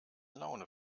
laune